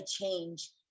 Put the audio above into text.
change